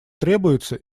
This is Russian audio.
требуется